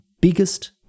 biggest